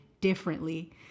differently